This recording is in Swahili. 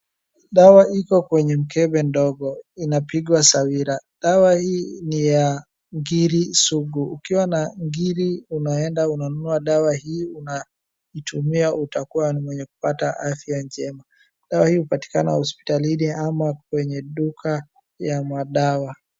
Dawa iko kwenye mkembe ndogo inapigwa [c]sawira .Dawa hii ni ya ngiri sugu. Ukiwa na ngiri unaenda unanunua dawa hii unamtumia uatakuwa umepata afaya njema. Dawa hii hupatikana hospitalini ama kwenye duka ya madawa.